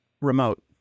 remote